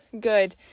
good